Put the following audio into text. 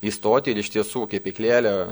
į stotį ir iš tiesų kepyklėlė